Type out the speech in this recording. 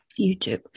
YouTube